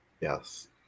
yes